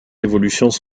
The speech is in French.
évolutions